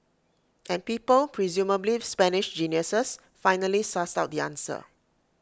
and people presumably Spanish geniuses finally sussed out the answer